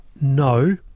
no